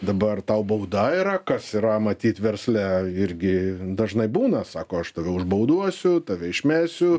dabar tau bauda yra kas yra matyt versle irgi dažnai būna sako aš tave užbauduosiu tave išmesiu